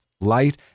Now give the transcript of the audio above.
light